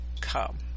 come